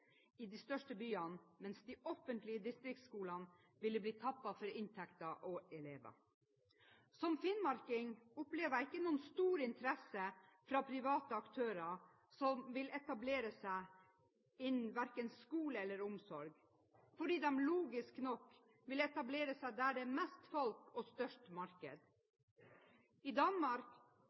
i de største byene, mens de offentlige distriktsskolene ville bli tappet for inntekter og elever. Som finnmarking opplever jeg ikke noen stor interesse fra private aktører som vil etablere seg innen verken skole eller omsorg, fordi de logisk nok vil etablere seg der det er mest folk og størst marked. I Danmark